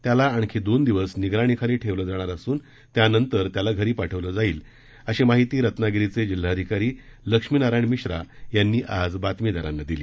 त्याला आणखी दोन दिवस निगराणीखाली ठेवलं जाणार असून त्यानंतर त्याला घरी पाठवलं जाईल अशी माहिती रत्नागिरीचे जिल्हाधिकारी लक्ष्मीनारायण मिश्रा यांनी आज बातमीदारांना दिली